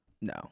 No